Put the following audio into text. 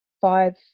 five